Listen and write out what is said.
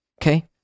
okay